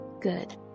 good